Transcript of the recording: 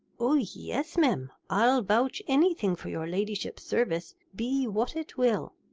oh, yes mem, i'll vouch anything for your ladyship's service, be what it will.